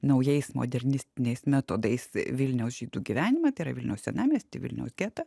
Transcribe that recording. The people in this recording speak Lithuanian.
naujais modernistiniais metodais vilniaus žydų gyvenimą tai yra vilniaus senamiestį vilniaus getą